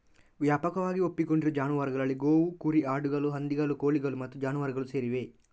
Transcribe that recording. ವ್ಯಾಪಕವಾಗಿ ಒಪ್ಪಿಕೊಂಡಿರುವ ಜಾನುವಾರುಗಳಲ್ಲಿ ಗೋವು, ಕುರಿ, ಆಡುಗಳು, ಹಂದಿಗಳು, ಕೋಳಿಗಳು ಮತ್ತು ಜಾನುವಾರುಗಳು ಸೇರಿವೆ